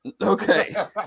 okay